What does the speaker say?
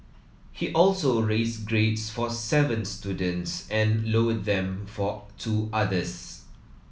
he also raised grades for seven students and lowered them for two others